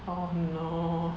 oh no